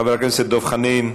חבר הכנסת דב חנין,